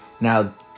Now